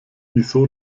wieso